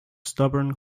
stubborn